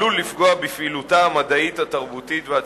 עלול לפגוע, בפעילותה המדעית, התרבותית והציבורית.